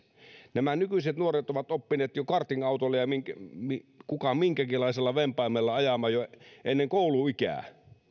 nämä nykyiset nuoret ovat oppineet jo kartingautolla tai kuka minkäkinlaisella vempaimella ajamaan jo ennen kouluikää